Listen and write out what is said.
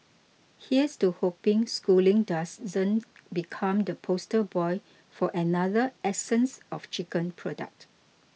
here's to hoping Schooling doesn't become the poster boy for another essence of chicken product